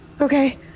okay